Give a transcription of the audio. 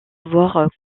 avoir